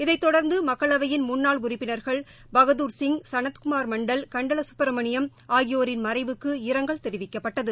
இதை தொடர்ந்து மக்களவையின் முன்னாள் உறுப்பினர்கள் பகதூர் சிங் சனத் குமார் மண்டல் கண்டல சுப்ரமணியம் ஆகியோரின் மறைவுக்கு இரங்கல் தெரிவிக்கப்பட்டது